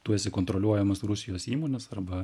tu esi kontroliuojamas rusijos įmonės arba